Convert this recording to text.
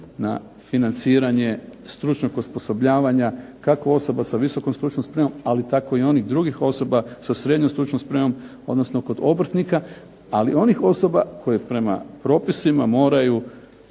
na financiranje stručnog osposobljavanja kako osoba s visokom stručnom spremom, ali i tako i onih drugih osoba sa srednjom stručnom spremom, odnosno kod obrtnika, ali i onih osoba koji prema propisima moraju